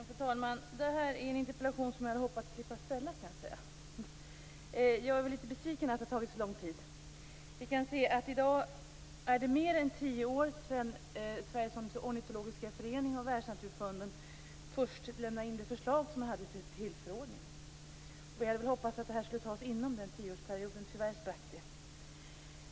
Fru talman! Det här är en interpellation som jag hade hoppats att slippa ställa, kan jag säga. Jag är litet besviken över att det har tagit så lång tid. I dag är det mer än tio år sedan Sveriges Ornitologiska Förening och Världsnaturfonden först lämnade in sitt förslag till förordning. Vi hade hoppats att det skulle antas inom den tioårsperioden. Tyvärr sprack det.